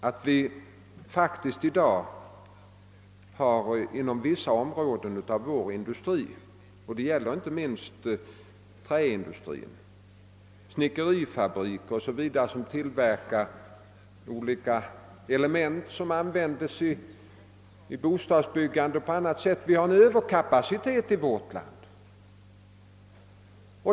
Vi har faktiskt i dag inom vissa områden av vår industri en överkapacitet — det gäller inte minst träindustrin, t.ex. snickerifabriker som tillverkar olika element för bostadsbyggandet o. s. v.